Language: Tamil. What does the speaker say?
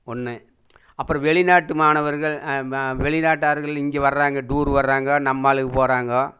ஒன்று அப்புறம் வெளிநாட்டு மாணவர்கள் வெளிநாட்டார்கள் இங்கே வராங்க டூர் வராங்க நம்ம ஆளுங்க போறாங்க